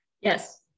Yes